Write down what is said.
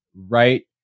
Right